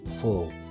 full